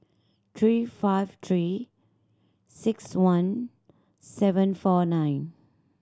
three five Three Six One seven four nine